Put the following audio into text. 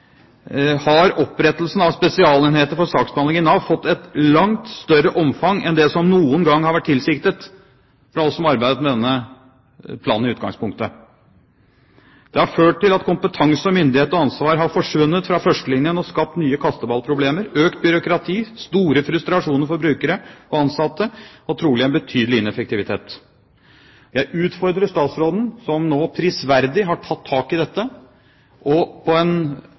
har opprettelsen av spesialenheter for saksbehandlingen i Nav fått et langt større omfang enn det som noen gang var tilsiktet fra oss som arbeidet med denne planen i utgangspunktet. Det har ført til at kompetanse, myndighet og ansvar har forsvunnet fra førstelinjen og skapt nye kasteballproblemer, økt byråkrati, store frustrasjoner for brukere og ansatte og trolig en betydelig ineffektivitet. Jeg utfordrer statsråden som nå prisverdig har tatt tak i dette, og på en